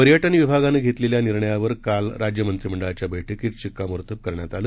पर्यटन विभागानं घेतलेल्या निर्णयावर काल राज्य मंत्रिमंडळाच्या बैठकीत शिक्कामोर्तब करण्यात आलं